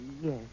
yes